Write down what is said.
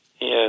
Yes